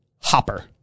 Hopper